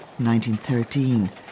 1913